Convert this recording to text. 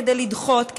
כדי לדחות,